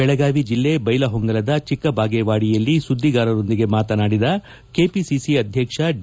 ಬೆಳಗಾವಿ ಜಿಲ್ಲೆ ಬೈಲಹೊಂಗಲದ ಚಿಕ್ಕಬಾಗೇವಾಡಿಯಲ್ಲಿ ಸುದ್ದಿಗಾರರೊಂದಿಗೆ ಮಾತನಾಡಿದ ಕೆಪಿಸಿಸಿ ಅಧ್ಯಕ್ಷ ಡಿ